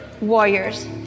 warriors